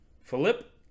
philip